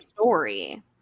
story